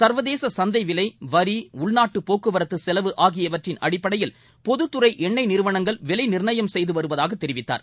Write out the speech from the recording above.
சர்வதேச சந்தை விலை வரி உள்நாட்டு போக்குவரத்து செலவு ஆகியவற்றின் அடிப்படையில் பொதுத்துறை என்ணெய் நிறுவனங்கள் விலை நிர்ணயம் செய்து வருவதாக தெரிவித்தார்